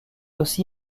aussi